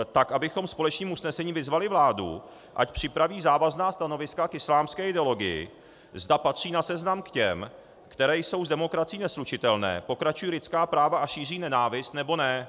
Tak abychom společným usnesením vyzvali vládu, ať připraví závazná stanoviska k islámské ideologii, zda patří na seznam k těm, které jsou s demokracií neslučitelné, porušují lidská práva a šíří nenávist, nebo ne.